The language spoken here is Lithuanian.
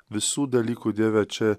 visų dalykų dieve čia